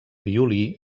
violí